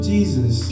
Jesus